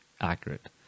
accurate